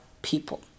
people